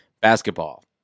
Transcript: Basketball